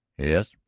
yes,